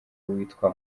uwitwa